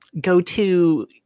go-to